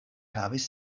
havis